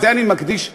את זה אני מקדיש לך,